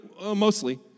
mostly